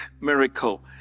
miracle